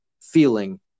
feeling